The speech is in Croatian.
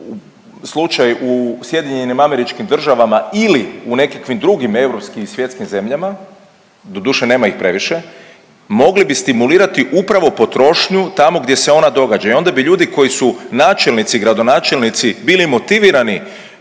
je na primjer slučaj u SAD ili u nekakvim drugim europskim i svjetskim zemljama, doduše nema ih previše mogli bi stimulirati upravo potrošnju tamo gdje se ona događa i onda bi ljudi koji su načelnici, gradonačelnici bili motivirani